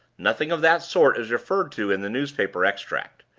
nothing of that sort is referred to in the newspaper extract.